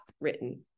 written